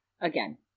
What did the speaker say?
Again